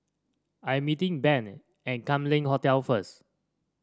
I'm meeting Ben at Kam Leng Hotel first